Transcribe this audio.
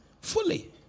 fully